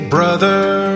brother